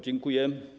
Dziękuję.